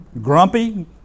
Grumpy